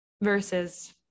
Versus